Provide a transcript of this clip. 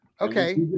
okay